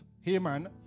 Haman